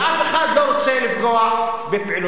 ואף אחד לא רוצה לפגוע בפעילותם.